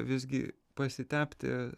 visgi pasitepti